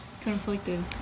conflicted